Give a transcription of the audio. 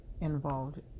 involved